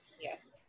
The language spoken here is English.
Yes